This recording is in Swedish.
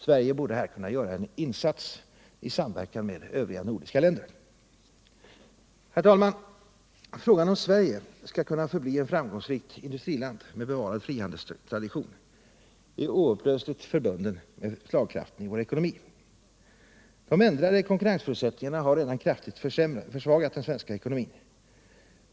Sverige borde här kunna göra en insats i samverkan med övriga nordiska länder. Herr talman! Frågan om Sverige skall kunna förbli ett framgångsrikt industriland med bevarad frihandelstradition är oupplösligt förbunden med slagkraften i vår ekonomi. De ändrade konkurrensförutsättningarna har redan kraftigt försvagat den svenska ekonomin.